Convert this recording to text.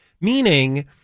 Meaning